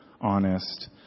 Honest